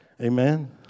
Amen